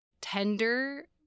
tender